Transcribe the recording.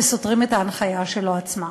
שסותרים את ההנחיה שלו עצמו.